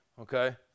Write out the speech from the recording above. okay